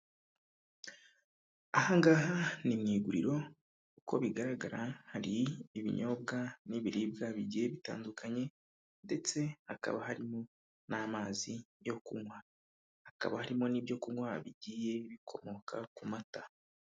Aha ngaha ni mu iguriro uko bigaragara hari ibinyobwa n'ibiribwa bigiye bitandukanye ndetse hakaba harimo n'amazi yo kunywa, hakaba harimo n'ibyo kunywa bigiye bikomoka ku mata.